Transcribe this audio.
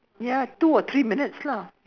ya two or three minutes lah